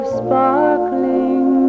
sparkling